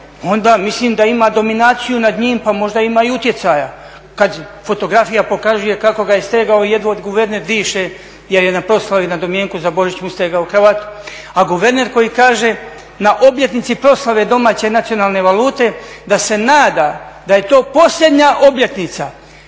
onda mislim da ima dominaciju nad njim pa možda ima i utjecaja kada fotografija pokazuje kako ga je stegao jedva guverner diše jer je na proslavi na domjenku za Božić mu je stegao kravatu. A guverner koji kaže na obljetnici proslave domaće nacionalne valute da se nada da je to posljednja obljetnica